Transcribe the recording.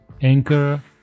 anchor